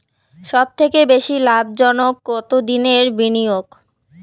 সবথেকে বেশি লাভজনক কতদিনের বিনিয়োগ?